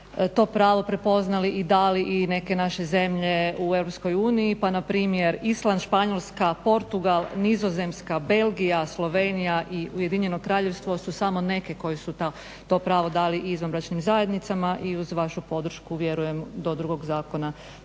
to pravo prepoznali i dale i neke naše zemlje u Europskoj uniji, pa npr. Island, Španjolska, Portugal, Nizozemska, Belgija, Slovenija i Ujedinjeno Kraljevstvo su samo neke koje su to prave dale izvanbračnim zajednicama i uz vašu podršku vjerujem do drugog zakona